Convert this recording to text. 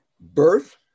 birth